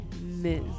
Miss